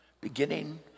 beginning